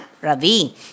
Ravi